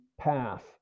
path